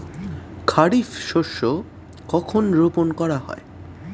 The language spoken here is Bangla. খারিফ শস্য কখন রোপন করা হয়?